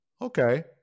okay